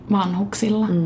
vanhuksilla